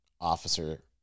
officer